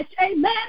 Amen